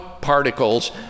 particles